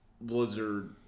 Blizzard